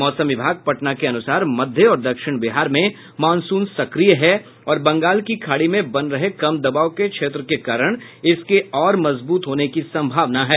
मौसम विभाग पटना के अनुसार मध्य और दक्षिण बिहार में मॉनसून सक्रिय है और बंगाल की खाड़ी में बन रहे कम दबाव के क्षेत्र के कारण इसके और मजबूत होने की संभावना है